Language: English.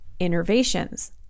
innervations